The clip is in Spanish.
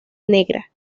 negra